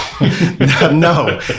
no